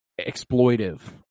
exploitive